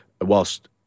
whilst